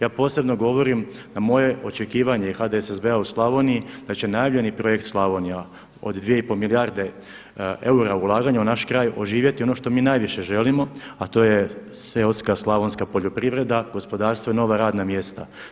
Ja posebno govorim da moje očekivanje i HDSSB-a u Slavoniji, da će najavljeni projekt Slavonija od 2,5 milijarde eura ulaganja u naš kraj oživjeti ono što mi najviše želimo a to je seoska slavonska poljoprivreda, gospodarstvo i nova radna mjesta.